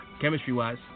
chemistry-wise